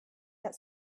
get